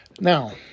Now